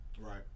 Right